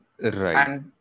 Right